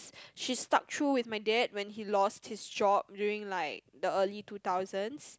she stuck through with my dad when he lost his job during like the early two thousands